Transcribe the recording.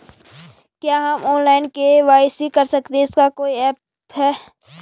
क्या हम online KYC कर सकते हैं इसका कोई ऐप है?